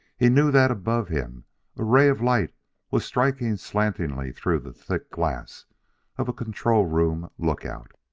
he knew that above him a ray of light was striking slantingly through the thick glass of a control-room lookout.